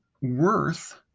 worth